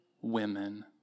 women